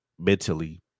Mentally